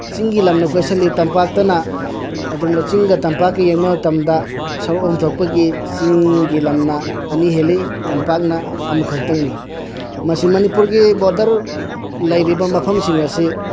ꯆꯤꯡꯒꯤ ꯂꯝꯅ ꯀꯣꯏꯁꯤꯜꯂꯤ ꯇꯝꯄꯥꯛꯇꯅ ꯑꯗꯨꯝ ꯆꯤꯡꯒ ꯇꯝꯄꯥꯛꯀ ꯌꯦꯡꯕ ꯃꯇꯝꯗ ꯁꯔꯨꯛ ꯑꯍꯨꯝ ꯊꯣꯛꯄꯒꯤ ꯆꯤꯡꯒꯤ ꯂꯝꯅ ꯑꯅꯤ ꯍꯦꯜꯂꯤ ꯇꯝꯄꯥꯛꯅ ꯑꯃꯈꯛꯇꯪꯅꯤ ꯃꯁꯤ ꯃꯅꯤꯄꯨꯔꯒꯤ ꯕꯣꯔꯗꯔ ꯂꯩꯔꯤꯕ ꯃꯐꯝꯁꯤꯡ ꯑꯁꯤ